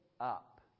up